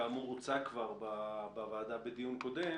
כאומר, הוצג כבר בוועדה בדיון הקודם.